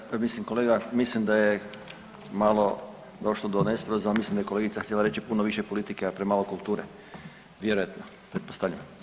Kolegica, mislim kolega, mislim da je malo došlo do nesporazuma, mislim da je kolegica htjela reći puno više politike, a premalo kulture, vjerojatno, pretpostavljam.